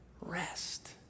rest